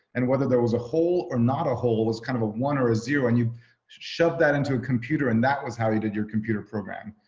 and whether there was a hole or not a hole was kind of a one or a zero and you shove that into a computer and that was how you did your computer program.